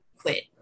quit